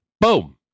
boom